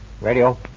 Radio